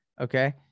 Okay